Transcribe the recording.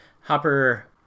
hopper